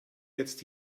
jetzt